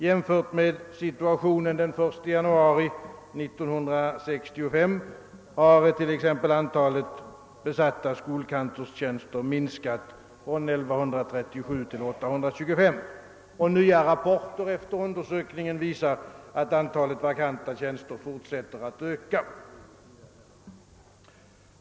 Jämfört med situationen den 1 januari 1965 har t.ex. antalet besatta skolkantorstjänster minskat från 1 137 till 825, och nya rapporter efter undersökningen visar att antalet vakanta tjänster fortsätter att öka.